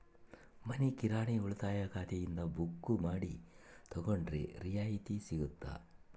ಮನಿ ಕಿರಾಣಿ ಉಳಿತಾಯ ಖಾತೆಯಿಂದ ಬುಕ್ಕು ಮಾಡಿ ತಗೊಂಡರೆ ರಿಯಾಯಿತಿ ಸಿಗುತ್ತಾ?